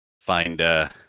find